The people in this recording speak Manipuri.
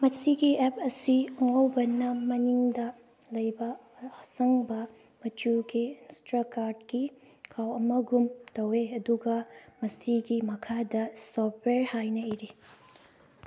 ꯃꯁꯤꯒꯤ ꯑꯦꯞ ꯑꯁꯤ ꯑꯉꯧꯕꯅ ꯃꯅꯤꯡꯗ ꯂꯩꯕ ꯑꯁꯪꯕ ꯃꯆꯨꯒꯤ ꯏꯟꯁꯇꯥꯀꯥꯔꯠꯀꯤ ꯈꯥꯎ ꯑꯃꯒꯨꯝ ꯇꯧꯋꯤ ꯑꯗꯨꯒ ꯃꯁꯤꯒꯤ ꯃꯈꯥꯗ ꯁꯣꯞꯄꯔ ꯍꯥꯏꯅ ꯏꯔꯤ